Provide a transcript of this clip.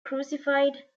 crucified